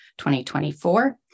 2024